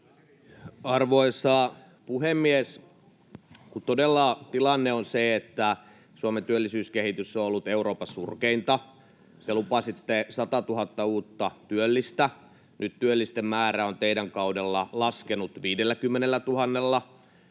Arvoisa puhemies! Todella tilanne on se, että Suomen työllisyyskehitys on ollut Euroopan surkeinta. Te lupasitte 100 000 uutta työllistä, ja nyt työllisten määrä on teidän kaudellanne laskenut 50 000:lla.